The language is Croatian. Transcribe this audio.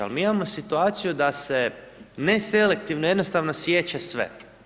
Ali mi imamo situaciju da se neselektivno jednostavno siječe sve.